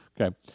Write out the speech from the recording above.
Okay